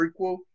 prequel